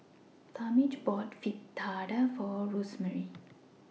Talmage bought Fritada For Rosemary